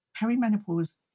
perimenopause